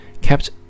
kept